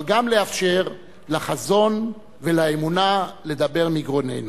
אבל גם לאפשר לחזון ולאמונה לדבר מגרוננו.